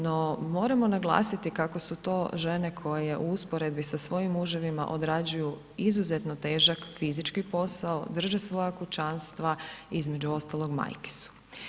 No, moramo naglasiti kako su to žene koje u usporedbi sa svojim muževima odrađuju izuzetno težak fizički posao, drže svoja kućanstva, između ostalog majke su.